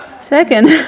Second